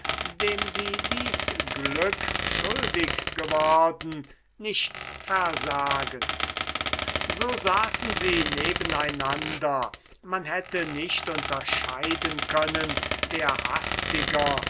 dem sie dies glück schuldig geworden nicht versagen so saßen sie nebeneinander man hätte nicht unterscheiden können wer hastiger